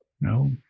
No